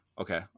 okay